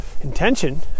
intention